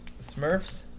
Smurfs